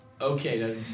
Okay